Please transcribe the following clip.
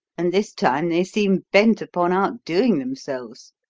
and this time they seem bent upon outdoing themselves.